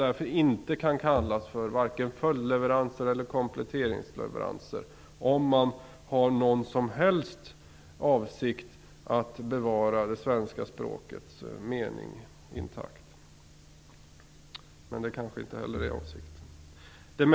Detta kan därför inte kallas för vare sig följd eller kompletteringsleveranser, om man har någon som helst avsikt att bevara det svenska språkets mening intakt. Men det kanske inte är avsikten.